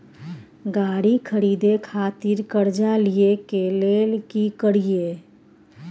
गाड़ी खरीदे खातिर कर्जा लिए के लेल की करिए?